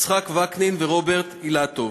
יצחק וקנין ורוברט אילטוב.